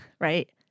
right